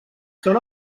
són